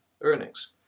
earnings